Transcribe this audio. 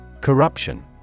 Corruption